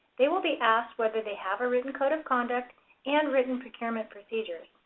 they will be asked whether they have a written code of conduct and written procurement procedures.